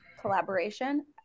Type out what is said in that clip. collaboration